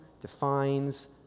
defines